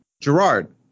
Gerard